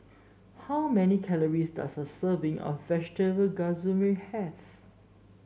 how many calories does a serving of Vegetable have